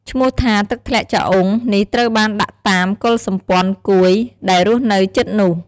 ឈ្មោះថា ទឹកធ្លាក់ចាអុង នេះត្រូវបានដាក់តាម កុលសម្ព័ន្ធគួយ ដែលរស់នៅជិតនោះ។